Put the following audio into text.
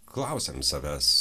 klausiam savęs